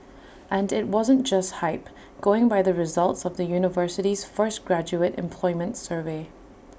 and IT wasn't just hype going by the results of the university's first graduate employment survey